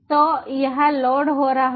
तो यह लोड हो रहा है